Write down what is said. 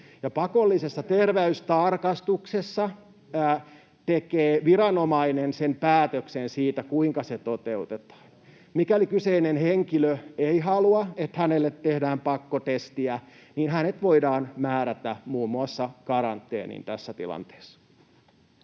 pakollisessa terveystarkastuksessa tekee viranomainen päätöksen siitä, kuinka se toteutetaan. Mikäli kyseinen henkilö ei halua, että hänelle tehdään pakkotestiä, hänet voidaan määrätä muun muassa karanteeniin tässä tilanteessa.